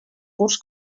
curts